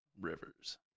rivers